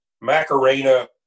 Macarena